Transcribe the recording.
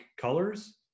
colors